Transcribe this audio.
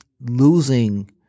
losing